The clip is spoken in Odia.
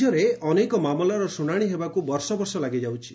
ରାଜ୍ୟରେ ଅନେକ ମାମଲାର ଶୁଣାଣି ହେବାକୁ ବର୍ଷ ବର୍ଷ ଲାଗିଯାଉଛି